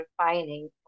refining